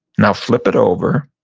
now, flip it over.